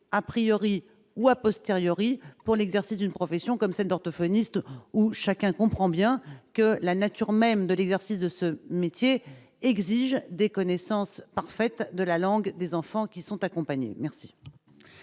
a priori ou à posteriori pour l'exercice d'une profession comme celle d'orthophonistes où chacun comprend bien que la nature même de l'exercice de ce métier exige des connaissances parfaite de la langue, des enfants qui sont accompagnés, merci.